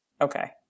okay